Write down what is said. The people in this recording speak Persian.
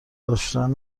داشتن